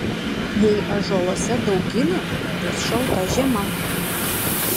jei ąžuoluose daug gilių bus šalta žiema